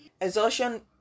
Exhaustion